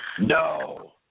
No